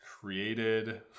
created